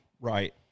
Right